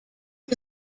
die